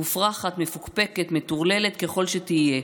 מופרכת, מפוקפקת, מטורללת ככל שתהיה,